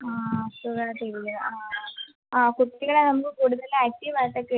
ആ സുഖമായിട്ടിരിക്കുന്നു ആ ആ ആ കുട്ടികളാവുമ്പം കൂടുതൽ ആക്ടീവ് ആയിട്ടൊക്കെ